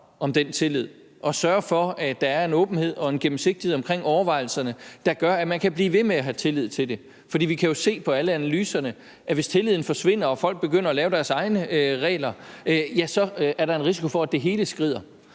om den tillid og sørge for, at der er en åbenhed og en gennemsigtighed omkring overvejelserne, der gør, at man kan blive ved med at have tillid til det. For vi kan jo se på alle analyserne, at der, hvis tilliden forsvinder og folk begynder at lave deres egne regler, så er en risiko for, at det hele skrider.